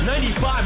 95